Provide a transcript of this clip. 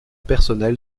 personnel